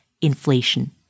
inflation